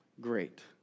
great